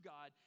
God